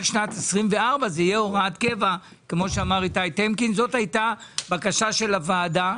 שמשנת 2024 זה יהיה הוראת קבע - זאת הייתה בקשה של הוועדה,